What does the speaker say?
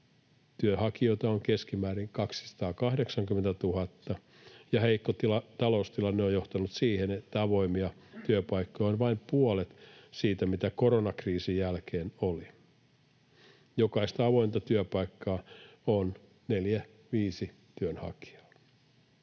Työnhakijoita on keskimäärin 280 000, ja heikko taloustilanne on johtanut siihen, että avoimia työpaikkoja on vain puolet siitä, mitä koronakriisin jälkeen oli. Jokaista avointa työpaikkaa kohden on neljä